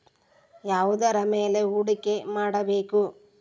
ಯಾವುದರ ಮೇಲೆ ಹೂಡಿಕೆ ಮಾಡಬೇಕು?